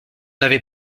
avait